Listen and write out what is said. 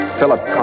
Philip